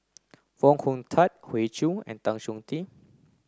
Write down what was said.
Foo Hong Tatt Hoey Choo and Tan Chong Tee